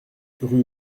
rue